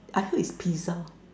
I heard it's pizza